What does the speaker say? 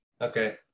okay